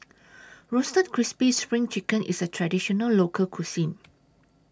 Roasted Crispy SPRING Chicken IS A Traditional Local Cuisine